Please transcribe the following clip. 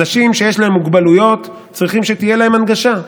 אנשים שיש להם מוגבלויות צריכים שתהיה להם הנגשה,